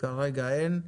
כרגע אין.